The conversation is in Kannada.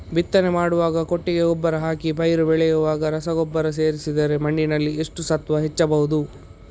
ಬಿತ್ತನೆ ಮಾಡುವಾಗ ಕೊಟ್ಟಿಗೆ ಗೊಬ್ಬರ ಹಾಕಿ ಪೈರು ಬೆಳೆಯುವಾಗ ರಸಗೊಬ್ಬರ ಸೇರಿಸಿದರೆ ಮಣ್ಣಿನಲ್ಲಿ ಎಷ್ಟು ಸತ್ವ ಹೆಚ್ಚಬಹುದು?